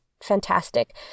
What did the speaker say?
fantastic